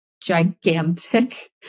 gigantic